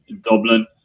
Dublin